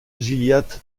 gilliatt